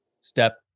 Step